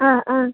ꯑꯥ ꯑꯥ